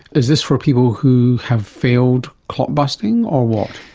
is this for people who have failed clot busting or what?